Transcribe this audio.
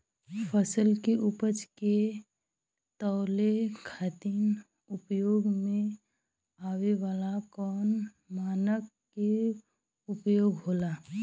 फसल के उपज के तौले खातिर उपयोग में आवे वाला कौन मानक के उपयोग होला?